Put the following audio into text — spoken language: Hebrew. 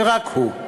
ורק הוא,